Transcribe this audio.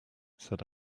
said